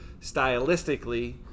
stylistically